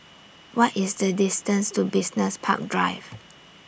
What IS The distance to Business Park Drive